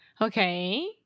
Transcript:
Okay